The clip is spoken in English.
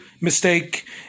mistake